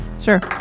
sure